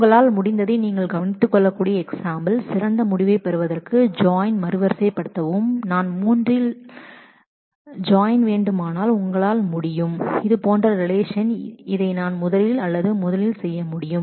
உங்களால் முடிந்ததை நீங்கள் கவனித்துக் கொள்ளக்கூடிய எக்ஸாம்பிள் சிறந்த முடிவைப் பெறுவதற்கு ஜாயின் மறுவரிசைப்படுத்தவும் நான் 3 ஜாயின் ரிலேஷன்களை உங்களால் செய்ய முடியும் என்றால் இதை நான் முதலில் அல்லது முதலில் செய்ய முடியும்